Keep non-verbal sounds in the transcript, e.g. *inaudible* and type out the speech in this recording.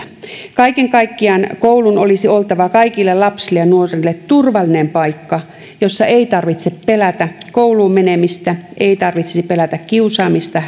kaiken kaikkiaan koulun olisi oltava kaikille lapsille ja nuorille turvallinen paikka jossa ei tarvitse pelätä kouluun menemistä ei tarvitsisi pelätä kiusaamista *unintelligible*